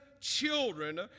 children